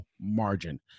margin